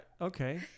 okay